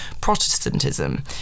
Protestantism